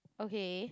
okay